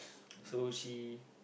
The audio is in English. so she